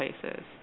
places